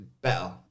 Better